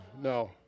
no